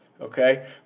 okay